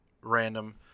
random